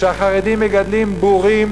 שהחרדים מגדלים בורים